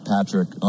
Patrick